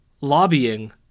lobbying